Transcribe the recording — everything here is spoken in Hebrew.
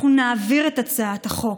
אנחנו נעביר את הצעת החוק,